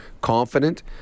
confident